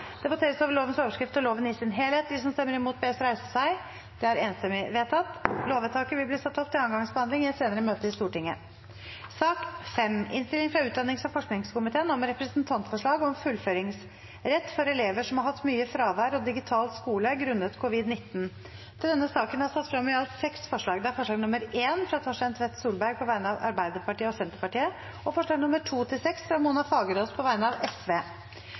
Det voteres alternativt mellom dette forslaget og komiteens innstilling. Komiteen hadde innstilt til Stortinget å gjøre følgende vedtak Det voteres over lovens overskrift og loven i sin helhet. Lovvedtaket vil bli ført opp til andre gangs behandling i et senere møte i Stortinget. Under debatten er det satt frem i alt seks forslag. Det er forslag nr. 1, fra Torstein Tvedt Solberg på vegne av Arbeiderpartiet og Senterpartiet forslagene nr. 2–6, fra Mona Fagerås på vegne av